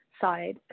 side